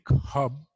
hub